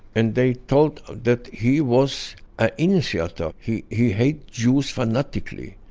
and they told that he was a initiator. he he hate jews fanatically.